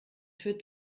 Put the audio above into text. führt